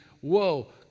whoa